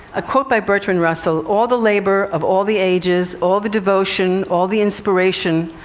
a quote by bertrand russell, all the labor of all the ages, all the devotion, all the inspiration,